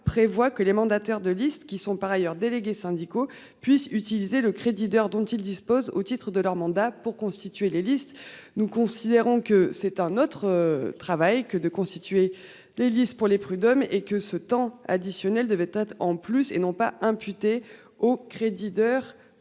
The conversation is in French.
prévoit que les mandataires de listes qui sont par ailleurs délégués syndicaux puissent utiliser le crédit d'heures dont il dispose au titre de leur mandat pour constituer les listes, nous considérons que c'est un autre travail que de constituer les listes pour les prud'hommes et que ce temps additionnel devait être en plus et non pas imputer au crédit